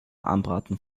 anbraten